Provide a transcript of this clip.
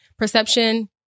Perception